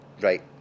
right